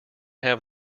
have